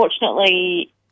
Unfortunately